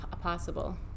possible